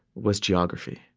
was geography